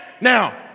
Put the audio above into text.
Now